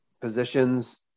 positions